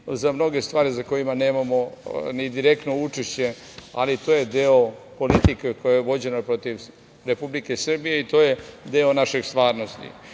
za mnoge stvari za koje nemamo ni direktno učešće, ali to je deo politike koja je vođena protiv Republike Srbije i to je deo naše stvarnosti.U